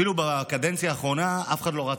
ראש מועצה, סליחה.